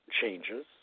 changes